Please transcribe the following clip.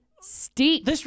Steep